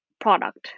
product